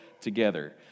together